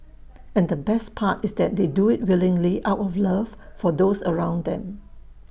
and the best part is that they do IT willingly out of love for those around them